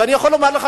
ואני יכול לומר לך,